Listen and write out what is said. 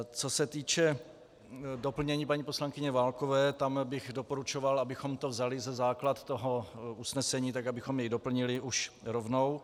Co se týče doplnění paní poslankyně Válkové, tam bych doporučoval, abychom to vzali za základ toho usnesení tak, abychom jej doplnili už rovnou.